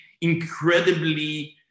incredibly